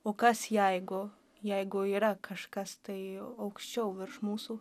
o kas jeigu jeigu yra kažkas tai aukščiau virš mūsų